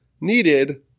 needed